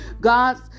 God's